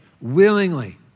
willingly